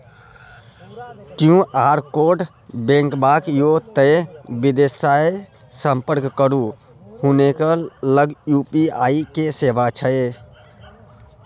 QR code बनेबाक यै तए बिदेसरासँ संपर्क करू हुनके लग यू.पी.आई के सेवा छै